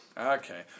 Okay